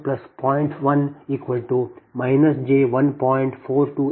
1 j1